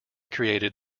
created